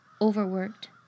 overworked